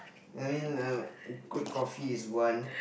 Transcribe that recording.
I mean I a good coffee is one